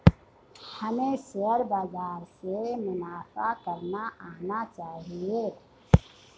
हमें शेयर बाजार से मुनाफा करना आना चाहिए